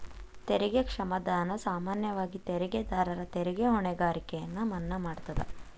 ತೆರಿಗೆ ಕ್ಷಮಾದಾನ ಸಾಮಾನ್ಯವಾಗಿ ತೆರಿಗೆದಾರರ ತೆರಿಗೆ ಹೊಣೆಗಾರಿಕೆಯನ್ನ ಮನ್ನಾ ಮಾಡತದ